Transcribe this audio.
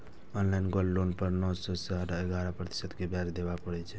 online gold loan पर नौ सं साढ़े ग्यारह प्रतिशत के ब्याज देबय पड़ै छै